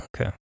Okay